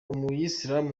umuyisilamu